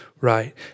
right